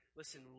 listen